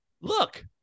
look